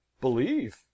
Believe